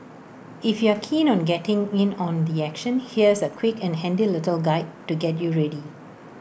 if you're keen on getting in on the action here's A quick and handy little guide to get you ready